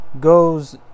goes